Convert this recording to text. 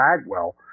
Bagwell